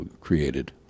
created